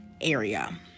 area